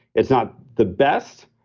it's not the best.